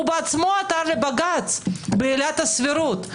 הוא בעצמו עתר לבג"ץ בעילת הסבירות.